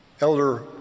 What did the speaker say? Elder